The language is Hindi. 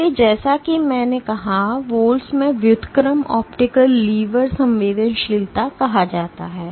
इसलिए जैसा कि मैंने कहा वोल्ट्स में व्युत्क्रम ऑप्टिकल लीवर संवेदनशीलता कहा जाता है